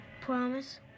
Promise